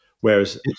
whereas